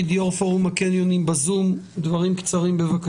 אז אין כל קשר בין גודל החנות לבין האם העסק הוא גדול או קטן,